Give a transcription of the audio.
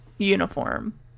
uniform